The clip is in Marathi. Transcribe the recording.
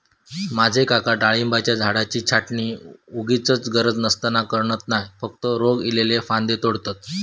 माझे काका डाळिंबाच्या झाडाची छाटणी वोगीचच गरज नसताना करणत नाय, फक्त रोग इल्लले फांदये तोडतत